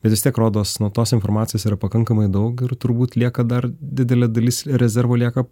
bet vis tiek rodos nu tos informacijos yra pakankamai daug ir turbūt lieka dar didelė dalis rezervo lieka